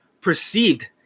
perceived